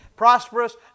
prosperous